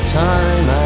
time